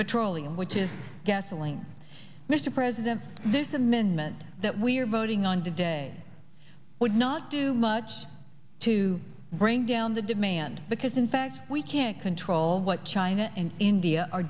petroleum which is gasoline mr president this amendment that we're voting on today would not do much to bring down the demand because in fact we can't control what china and india are